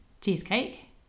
cheesecake